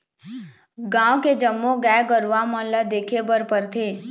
गाँव के जम्मो गाय गरूवा मन ल देखे बर परथे